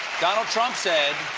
donald trump said